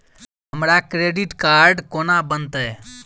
हमरा credit card कोना बनतै?